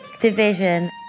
division